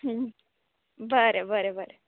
बरें बरें बरें